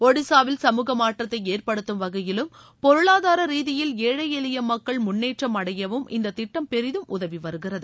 ஒடிசாவில் சமூக மாற்றத்தை ஏற்படுத்தும் வகையிலும் பொருளாதார ரீதியில் ஏழை எளிய மக்கள் முன்னேற்றம் அடையவும் இந்த திட்டம் பெரிதும் உதவி வருகிறது